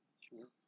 Sure